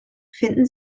finden